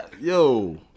yo